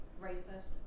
racist